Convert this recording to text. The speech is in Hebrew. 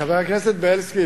חבר הכנסת בילסקי,